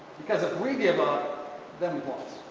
because if we give up then we've lost.